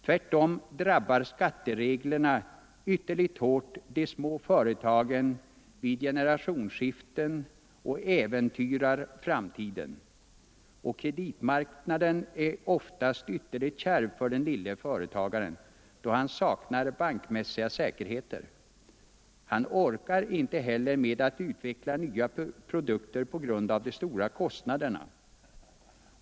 Tvärtom drabbar skattereglerna ytterligt hårt de små företagen vid generationsskiften och äventyrar framtiden. Och kreditmarknaden är oftast ytterligt kärv för den lille företagaren då han saknar bankmässiga säkerheter. Han orkar inte heller med att utveckla nya produkter på grund av de stora kostnaderna.